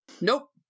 Nope